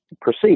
Proceed